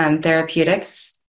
therapeutics